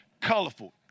colorful